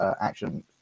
action